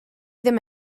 ddim